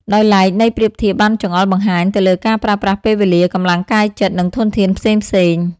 ដោយឡែក ន័យប្រៀបធៀបបានចង្អុលបង្ហាញទៅលើការប្រើប្រាស់ពេលវេលា កម្លាំងកាយចិត្ត និងធនធានផ្សេងៗ។